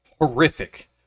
horrific